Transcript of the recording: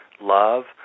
love